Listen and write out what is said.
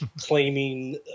Claiming